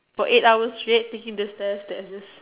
for eight hour straight taking the stairs that's just